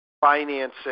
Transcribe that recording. financing